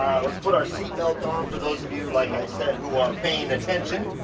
let's put our seatbelt on for those of you, like i said, who are paying attention,